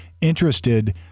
interested